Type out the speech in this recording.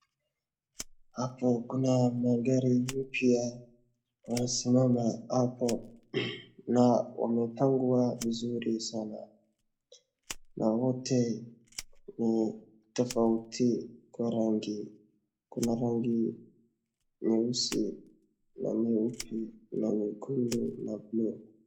Hapo kuna magari mpya yanasimama hapo na yamepangwa vizuri sana. Na yote ni tofauti kwa rangi. Kuna rangi nyeusi na nyeupe, na nyekundu na blue .